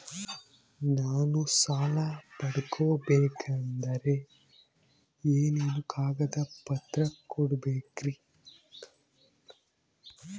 ನಾನು ಸಾಲ ಪಡಕೋಬೇಕಂದರೆ ಏನೇನು ಕಾಗದ ಪತ್ರ ಕೋಡಬೇಕ್ರಿ?